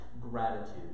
gratitude